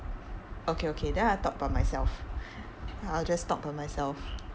okay okay then I talk by myself I will just talk by myself